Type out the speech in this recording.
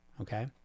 okay